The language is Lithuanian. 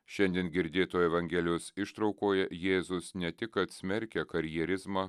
šiandien girdėtoje evangelijos ištraukoje jėzus ne tik kad smerkė karjerizmą